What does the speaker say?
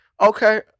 Okay